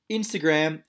Instagram